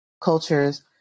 cultures